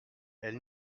elle